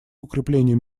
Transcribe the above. укреплению